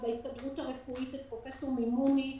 בהסתדרות הרפואית את פרופ' מימוני,